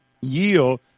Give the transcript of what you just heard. Yield